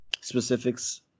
specifics